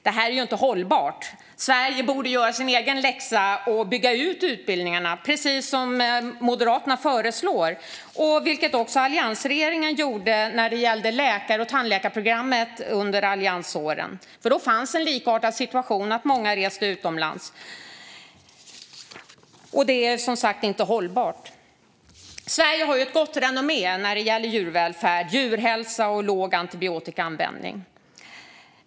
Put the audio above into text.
Detta är inte hållbart. Sverige borde göra sin egen läxa och bygga ut utbildningarna, precis som Moderaterna föreslår. Detta gjorde alliansregeringen när det gällde läkar och tandläkarprogrammet. Då fanns en likartad situation med att många reste utomlands. Det är, som sagt, inte hållbart. Sverige har ett gott renommé när det gäller djurvälfärd, djurhälsa och låg antibiotikaanvändning.